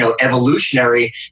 evolutionary